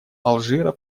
алжира